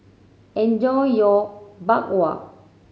enjoy your Bak Kwa